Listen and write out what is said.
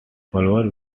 flowers